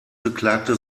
beklagte